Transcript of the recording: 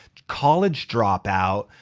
college drop out,